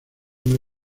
una